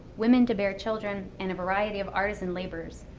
women to bear children, and a variety of artisan laborers,